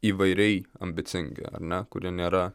įvairiai ambicingi ar ne kurie nėra